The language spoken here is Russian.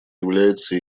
является